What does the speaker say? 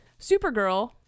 Supergirl